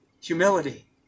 Humility